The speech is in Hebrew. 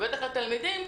ובטח לתלמידים,